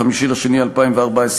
5 בפברואר 2014,